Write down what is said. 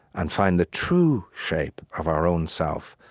and find the true shape of our own self,